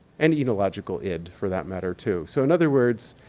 any etiological id for that matter, too. so in other words,